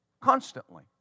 constantly